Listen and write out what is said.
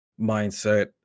mindset